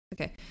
Okay